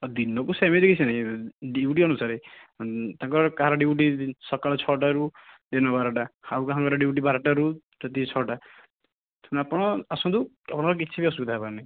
ଦିନକୁ ସେମିତି କିଛି ନାଇଁ ଡିଉଟି ଅନୁସାରେ ତାଙ୍କର କାହାର ଡିଉଟି ସକାଳ ଛଅଟାରୁ ଦିନ ବାରଟା ଆଉ କାହାଙ୍କର ଡିଉଟି ବାରଟାରୁ ରାତି ଛଅଟା ଆପଣ ଆସନ୍ତୁ ଆପଣଙ୍କର କିଛିବି ଅସୁବିଧା ହେବାର ନାହିଁ